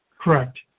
Correct